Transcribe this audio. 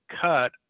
cut